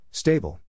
Stable